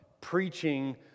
preaching